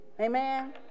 Amen